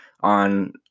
on